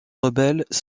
rebelles